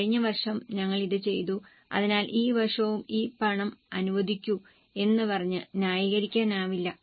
കഴിഞ്ഞ വർഷം ഞങ്ങൾ ഇത് ചെയ്തു അതിനാൽ ഈ വർഷവും ഈ പണം അനുവദിക്കൂ എന്ന് പറഞ്ഞ് ന്യായീകരിക്കാനാവില്ല